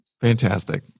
Fantastic